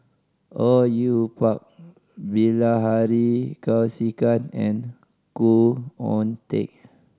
Au Yue Pak Bilahari Kausikan and Khoo Oon Teik